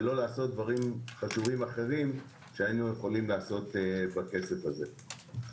ולא לעשות דברים חשובים אחרים שהיינו יכולים לעשות בכסף הזה.